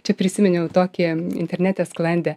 čia prisiminiau tokį internete sklandė